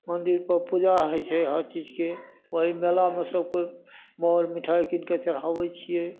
मन्दिरपर पूजा होइ छै हर चीजके ओही मेलामे सबके मर मिठाइ कीन कए चढ़ाबै छियै